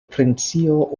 princino